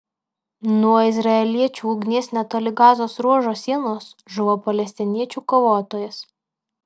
nuo izraeliečių ugnies netoli gazos ruožo sienos žuvo palestiniečių kovotojas